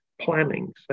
planning